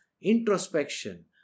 introspection